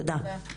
תודה.